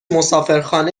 مسافرخانه